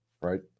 right